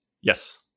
Yes